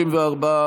הצבעה.